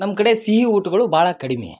ನಮ್ಕಡೆ ಸಿಹಿ ಊಟಗಳು ಭಾಳ ಕಡಿಮೆ